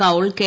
Kaul K